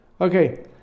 Okay